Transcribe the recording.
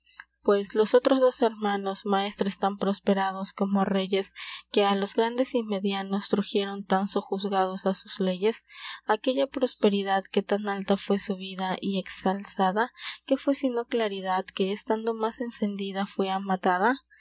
pues los otros dos hermanos maestres tan prosperados como reyes que a los grandes y medianos truxieron tan sojuzgados a sus leyes aquella prosperidad que tan alta fue subida y exalada que fue sino claridad que estando mas encendida fue amatada